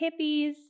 hippies